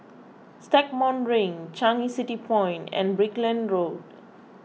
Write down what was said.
Stagmont Ring Changi City Point and Brickland Road